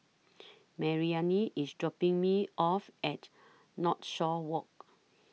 Maryanne IS dropping Me off At Northshore Walk